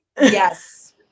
Yes